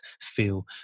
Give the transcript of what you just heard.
feel